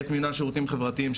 את מנהל שירותים חברתיים,